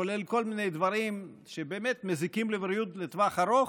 כולל כל מיני דברים שבאמת מזיקים לבריאות לטווח ארוך,